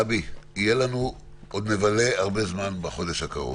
גבי, עוד נבלה הרבה זמן בחודש הקרוב.